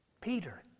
Peter